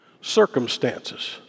circumstances